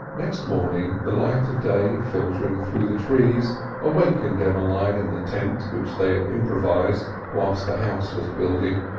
next morning the light of day filtering through the trees awakened emmeline in the tent which they had improvised whilst the house was building.